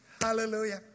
Hallelujah